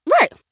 Right